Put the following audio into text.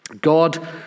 God